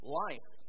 life